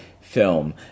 film